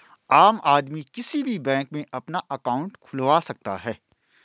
आम आदमी किसी भी बैंक में अपना अंकाउट खुलवा सकता है